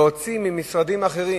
להוציא ממשרדים אחרים,